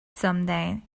someday